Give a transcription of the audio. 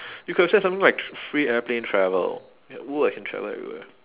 you could have said something like free airplane travel oo I can travel everywhere